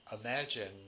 imagine